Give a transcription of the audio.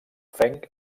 fenc